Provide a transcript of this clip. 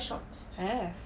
have